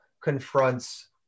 confronts